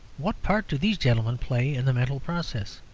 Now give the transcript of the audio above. what part do these gentlemen play in the mental process?